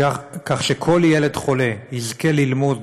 כך שכל ילד חולה יזכה ללימוד